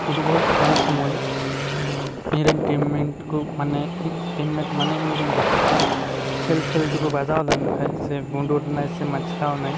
football ᱠᱷᱮᱞ ᱥᱚᱢᱚᱭ ᱤᱧᱨᱮᱱ ᱴᱤᱢ ᱢᱮᱴ ᱠᱚ ᱢᱟᱱᱮ ᱴᱤᱢ ᱢᱮᱴ ᱢᱟᱱᱮ ᱤᱧ ᱨᱮᱱ ᱜᱟᱛᱮ ᱠᱚ ᱠᱷᱮᱞ ᱠᱷᱮᱞ ᱛᱮᱠᱚ ᱵᱟᱡᱟᱣ ᱞᱮᱱᱠᱷᱟᱡ ᱥᱮ ᱵᱷᱳᱸᱰᱳᱨ ᱮᱱᱟᱭ ᱥᱮ ᱢᱚᱪᱠᱟᱣ ᱮᱱᱟᱭ